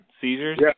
seizures